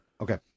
Okay